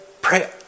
pray